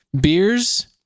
beers